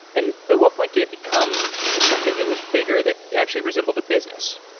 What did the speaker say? and but what point did it become something that was bigger that actually resembled a business?